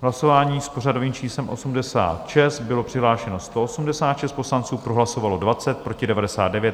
Hlasování s pořadovým číslem 86, bylo přihlášeno 186 poslanců, pro hlasovalo 20, proti 99.